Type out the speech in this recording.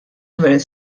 gvern